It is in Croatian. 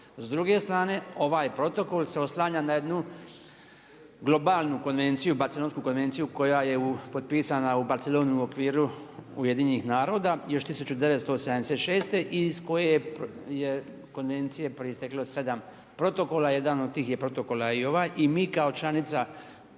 S druge strane, ovaj protokol se oslanja na jednu globalnu konvenciju, Barcelonsku konvenciju koja je potpisana u Barceloni u okviru UN-a još 1986. iz koje je proisteklo sedam protokola, jedan od protokola je i ovaj i mi kao članica